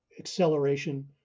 acceleration